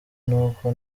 n’uko